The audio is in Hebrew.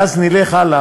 ואז נלך הלאה.